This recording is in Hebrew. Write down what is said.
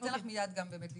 אני אתן לך מיד גם באמת לשאול.